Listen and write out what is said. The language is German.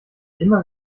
immer